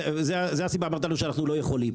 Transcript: אמרת שאנחנו לא יכולים.